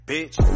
Bitch